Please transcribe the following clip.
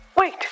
Wait